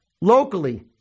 locally